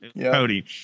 Cody